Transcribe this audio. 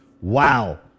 Wow